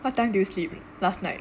what time did you sleep last night